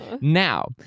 Now